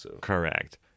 Correct